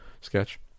sketch